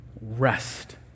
rest